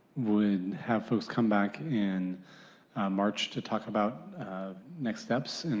would have folks come back in march to talk about next steps.